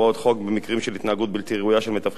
ובמקרים של התנהגות בלתי ראויה של מתווכים במקרקעין